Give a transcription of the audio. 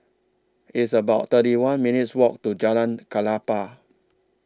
It's about thirty one minutes' Walk to Jalan Klapa